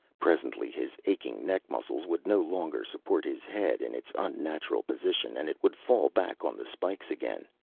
presently his aching neck muscles would no longer support his head in its unnatural position and it would fall back on the spikes again.